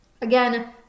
Again